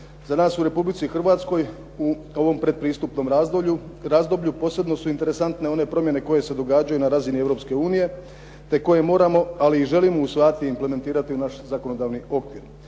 Za nas u Republici Hrvatskoj u ovom pretpristupnom razdoblju posebno su interesantne one promjene koje se događaju na razini Europske unije, ali i koje moramo ali i želimo usvajati i implementirati u naš zakonodavni okvir.